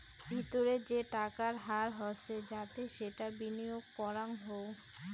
ভিতরে যে টাকার হার হসে যাতে সেটা বিনিয়গ করাঙ হউ